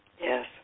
Yes